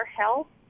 health